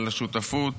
על השותפות,